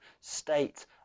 state